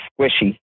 squishy